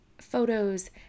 photos